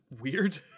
weird